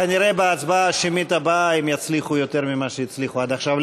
כנראה בהצבעה השמית הבאה הם יצליחו יותר ממה שהצליחו עד עכשיו.